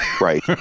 right